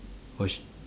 or she